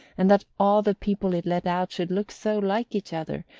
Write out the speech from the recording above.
and that all the people it let out should look so like each other,